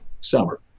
summer